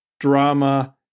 Drama